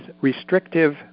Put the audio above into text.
restrictive